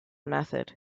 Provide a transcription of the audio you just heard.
method